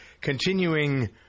Continuing